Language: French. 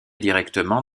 directement